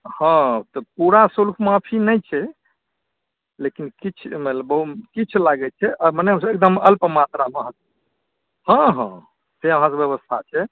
हँ तऽ पूरा शुल्क माफी नहि छै लेकिन किछु लागै छै मने अल्प मात्रामे हँ हँ से अहाँके बेबस्था छै